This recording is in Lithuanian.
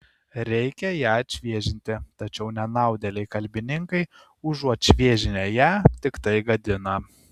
reikia ją atšviežinti tačiau nenaudėliai kalbininkai užuot šviežinę ją tiktai gadina